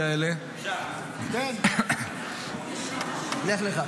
האלה ------ אדוני השר --- לגבי חוק